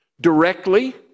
directly